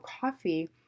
coffee